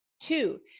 Two